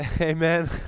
Amen